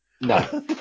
No